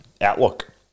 outlook